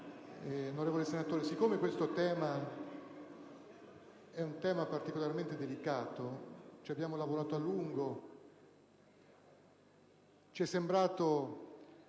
onorevoli senatori, siccome questo tema è particolarmente delicato e ci abbiamo lavorato a lungo, ci è sembrato